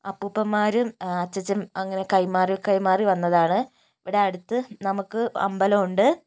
അപ്പൂപ്പന്മാരും അച്ചച്ചന് അങ്ങനെ കൈമാറി കൈമാറി വന്നതാണ് ഇവിടെ അടുത്ത് നമുക്ക് അമ്പലമുണ്ട്